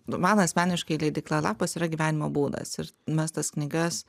nu man asmeniškai leidykla lapas yra gyvenimo būdas ir mes tas knygas